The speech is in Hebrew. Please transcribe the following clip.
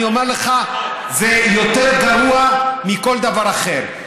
אני אומר לך, זה יותר גרוע מכל דבר אחר.